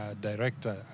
director